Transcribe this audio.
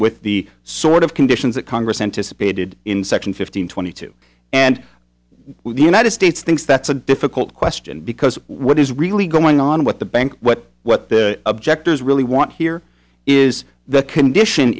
with the sort of conditions that congress anticipated in section fifteen twenty two and the united states thinks that's a difficult question because what is really going on what the bank what what the objectors really want here is the condition